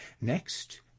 next